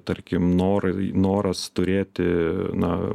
tarkim norai noras turėti na